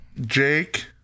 Jake